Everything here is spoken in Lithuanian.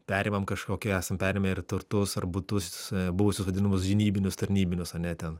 perimam kažkokį esam perėmę ir turtus ar butus buvusius vadinamus žinybinius tarnybinius ane ten